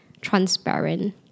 transparent